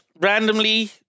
randomly